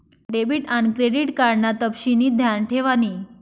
debit आन credit card ना तपशिनी ध्यान ठेवानी